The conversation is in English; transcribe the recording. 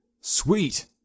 Sweet